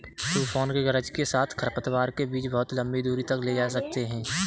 तूफान और गरज के साथ खरपतवार के बीज बहुत लंबी दूरी तक ले जा सकते हैं